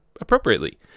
appropriately